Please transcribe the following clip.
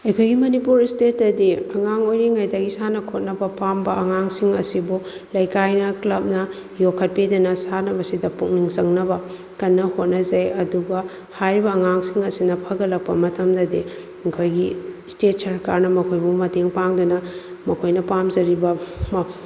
ꯑꯩꯈꯣꯏꯒꯤ ꯃꯅꯤꯄꯨꯔ ꯏꯁꯇꯦꯠꯇꯗꯤ ꯑꯉꯥꯡ ꯑꯣꯏꯔꯤꯉꯩꯗꯒꯤ ꯁꯥꯟꯅ ꯈꯣꯠꯅ ꯄꯥꯝꯕ ꯑꯉꯥꯡꯁꯤꯡ ꯑꯁꯤꯕꯨ ꯂꯩꯀꯥꯏꯅ ꯀ꯭ꯂꯕꯅ ꯌꯣꯛꯈꯠꯄꯤꯗꯅ ꯁꯥꯟꯅꯕꯁꯤꯗ ꯄꯨꯛꯅꯤꯡ ꯆꯪꯅꯕ ꯀꯟꯅ ꯍꯣꯠꯅꯖꯩ ꯑꯗꯨꯒ ꯍꯥꯏꯔꯤꯕ ꯑꯉꯥꯡꯁꯤꯡ ꯑꯁꯤꯅ ꯐꯒꯠꯂꯛꯄ ꯃꯇꯝꯗꯗꯤ ꯑꯩꯈꯣꯏꯒꯤ ꯏꯁꯇꯦꯠ ꯁꯔꯀꯥꯔꯅ ꯃꯈꯣꯏꯕꯨ ꯃꯇꯦꯡ ꯄꯥꯡꯗꯨꯅ ꯃꯈꯣꯏꯅ ꯄꯥꯝꯖꯔꯤꯕ